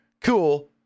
Cool